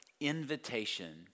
invitation